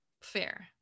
Fair